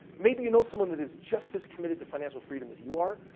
maybe you know someone that is just as committed to financial freedom as you are.